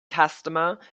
customer